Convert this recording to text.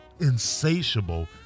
insatiable